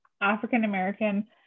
African-American